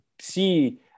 see